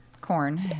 corn